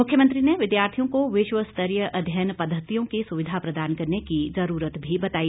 मुख्यमंत्री ने विद्यार्थियों को विश्व स्तरीय अध्ययन पद्धतियों की सुविधा प्रदान करने की जरूरत भी बताई